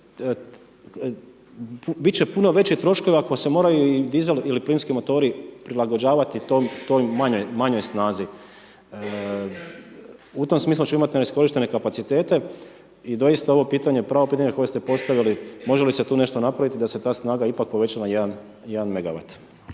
će puno većih troškova, ako se moraju dizel ili plinski motori prilagođavati toj manjoj snazi. U tom smislu ćemo imati neiskorištene kapacitete i doista ovo pitanje, pravo pitanje može li se tu nešto napraviti, da se ta snaga ipak poveća na 1